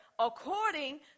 according